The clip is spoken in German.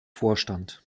vorstand